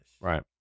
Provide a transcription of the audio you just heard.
Right